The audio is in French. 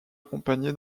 accompagné